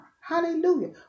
Hallelujah